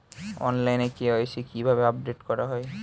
অনলাইনে কে.ওয়াই.সি কিভাবে আপডেট করা হয়?